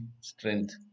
strength